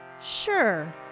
Sure